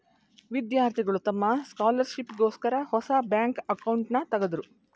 ವಿದ್ಯಾರ್ಥಿಗಳು ತಮ್ಮ ಸ್ಕಾಲರ್ಶಿಪ್ ಗೋಸ್ಕರ ಹೊಸ ಬ್ಯಾಂಕ್ ಅಕೌಂಟ್ನನ ತಗದ್ರು